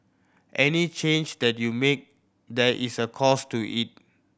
any change that you make there is a cost to it